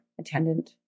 attendant